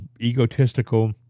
egotistical